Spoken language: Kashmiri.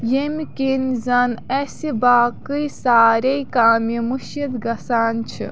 ییٚمہِ کِنۍ زَن اَسہِ باقٕے سارے کامہِ مٔشِت گژھان چھِ